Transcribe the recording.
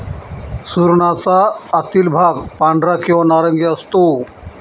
सुरणाचा आतील भाग पांढरा किंवा नारंगी असतो